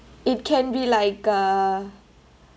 it can be like a